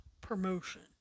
promotion